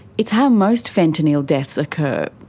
it's how most fentanyl deaths occur.